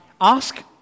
ask